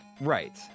Right